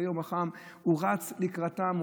וביום החם הוא רץ לקראתם,